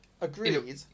Agreed